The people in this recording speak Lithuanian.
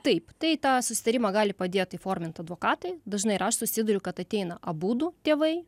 taip tai tą susitarimą gali padėt įformint advokatai dažnai ir aš susiduriu kad ateina abudu tėvai